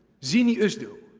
zihni ozdil,